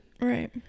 Right